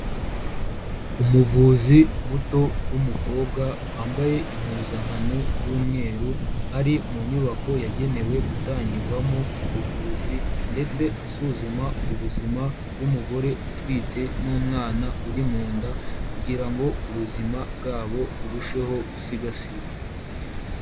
Umuvuzi muto w'umukobwa, wambaye impuzankano y'umweru, ari mu nyubako yagenewe gutangirwamo ubuvuzi ndetse asuzuma ubuzima bw'umugore utwite n'umwana uri mu nda, kugira ngo ubuzima bwabo burusheho gusigasirwa.